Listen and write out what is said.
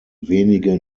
wenige